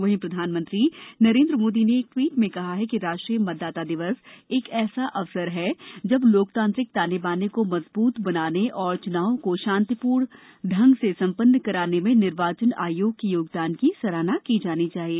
वहींप्रधानमंत्री नरेन्द्र मोदी ने एक ट्वीट में कहा है कि राष्ट्रीय मतदाता दिवस एक ऐसा अवसर हैए जब लोकतांत्रिक ताने बाने को मजबूत बनाने और च्नावों को शांतिपूर्ण ढंग से संपन्न कराने में निर्वाचन आयोग के योगदान की सराहना की जानी चाहिए